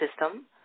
system